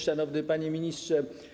Szanowny Panie Ministrze!